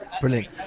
brilliant